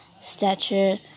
stature